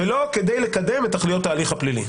ולא כדי לקדם את תכליות ההליך הפלילי.